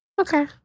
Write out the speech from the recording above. Okay